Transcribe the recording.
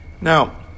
Now